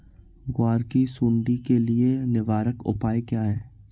ग्वार की सुंडी के लिए निवारक उपाय क्या है?